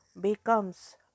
becomes